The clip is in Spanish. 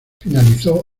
finalizó